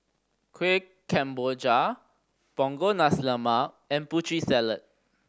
Kuih Kemboja Punggol Nasi Lemak and Putri Salad